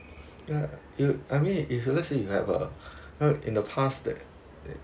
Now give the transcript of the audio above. ya you I mean if you lets say you have a you know in the pass that